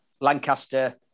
Lancaster